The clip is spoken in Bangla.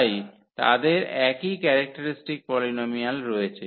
তাই তাদের একই ক্যারেক্টারিস্টিক পলিনোমিয়াল রয়েছে